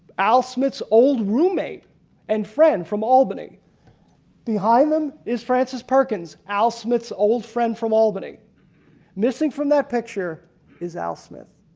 al smith's old roommate and friend from albany and behind him is francis perkins al smith's old friend from albany missing from that picture is al smith.